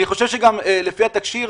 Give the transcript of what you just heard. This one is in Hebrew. אני חושב שגם לפי התקשי"ר